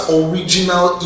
original